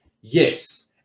Yes